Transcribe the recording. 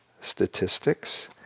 statistics